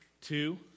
Two